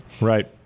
Right